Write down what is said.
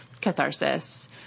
catharsis